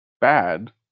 bad